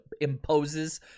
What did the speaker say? imposes